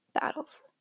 battles